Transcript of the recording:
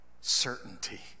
certainty